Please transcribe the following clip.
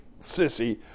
sissy